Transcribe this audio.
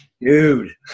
dude